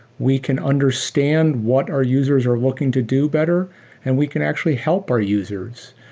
we can understand what our users are looking to do better and we can actually help our users.